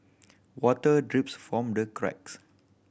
water drips from the cracks